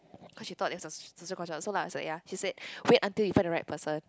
cause she thought there's so lah so ya she said wait until you find the right person